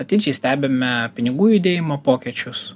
atidžiai stebime pinigų judėjimo pokyčius